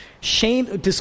Shame